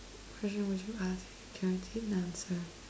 question would you ask if you were guaranteed an answer